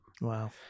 Wow